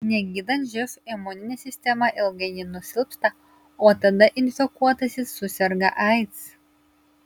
negydant živ imuninė sistema ilgainiui nusilpsta o tada infekuotasis suserga aids